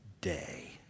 day